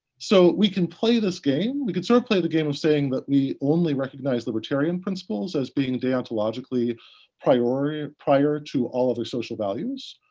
so we can play this game, we can sort of play the game of saying that we only recognize libertarian principles as being deontologically prior prior to all of our social values,